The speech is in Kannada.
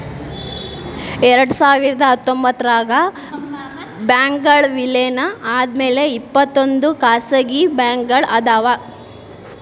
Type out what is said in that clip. ಎರಡ್ಸಾವಿರದ ಹತ್ತೊಂಬತ್ತರಾಗ ಬ್ಯಾಂಕ್ಗಳ್ ವಿಲೇನ ಆದ್ಮ್ಯಾಲೆ ಇಪ್ಪತ್ತೊಂದ್ ಖಾಸಗಿ ಬ್ಯಾಂಕ್ಗಳ್ ಅದಾವ